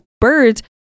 birds